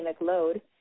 load